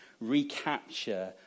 recapture